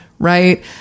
Right